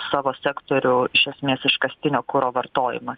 savo sektorių iš esmės iškastinio kuro vartojimą